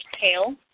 tail